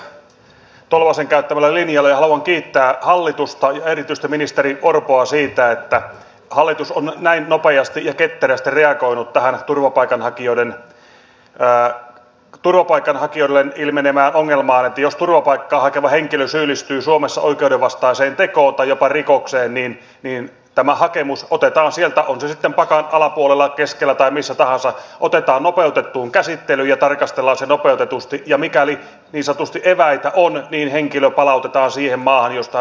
jatkan edustaja tolvasen käyttämällä linjalla ja haluan kiittää hallitusta ja erityisesti ministeri orpoa siitä että hallitus on näin nopeasti ja ketterästi reagoinut tähän turvapaikanhakijoilla ilmenevään ongelmaan että jos turvapaikkaa hakeva henkilö syyllistyy suomessa oikeudenvastaiseen tekoon tai jopa rikokseen niin tämä hakemus otetaan sieltä on se sitten pakan alapuolella keskellä tai missä tahansa nopeutettuun käsittelyyn ja tarkastellaan se nopeutetusti ja mikäli niin sanotusti eväitä on niin henkilö palautetaan siihen maahan josta hän on suomeen tullut